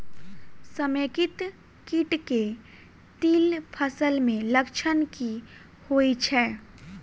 समेकित कीट केँ तिल फसल मे लक्षण की होइ छै?